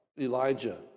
Elijah